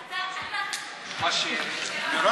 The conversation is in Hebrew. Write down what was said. סליחה.